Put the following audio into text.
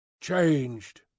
changed